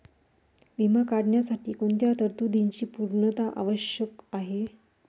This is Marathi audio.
विमा काढण्यासाठी कोणत्या तरतूदींची पूर्णता आवश्यक आहे?